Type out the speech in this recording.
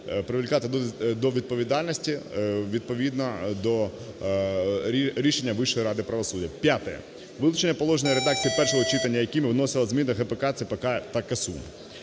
привлекати до відповідальності відповідно до рішення Вищої ради правосуддя. П'яте. Вилучено положення редакції першого читання, якими вносилися зміни в ГПК, ЦПК та КАСУ.